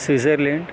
Switzerland